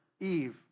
Eve